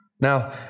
Now